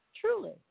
truly